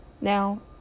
Now